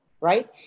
Right